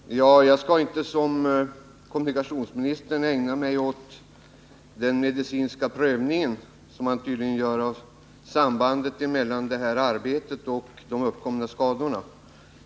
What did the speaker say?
Herr talman! Jag skall inte som kommunikationsministern ägna mig åt en medicinsk prövning av sambandet mellan arbetet och de uppkomna skadorna.